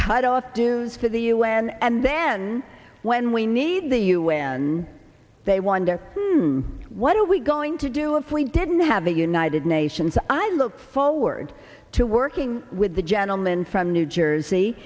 cut off dues to the u n and then when we need the u n they wonder what are we going to do if we didn't have a united nations i look forward to working with the gentleman from new jersey